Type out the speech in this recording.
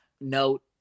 Note